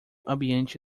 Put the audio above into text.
ambiente